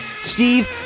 Steve